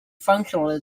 functionally